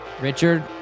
Richard